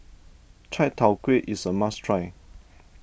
Chai Tow Kuay is a must try